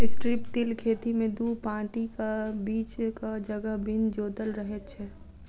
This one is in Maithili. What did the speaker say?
स्ट्रिप टिल खेती मे दू पाँतीक बीचक जगह बिन जोतल रहैत छै